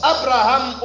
Abraham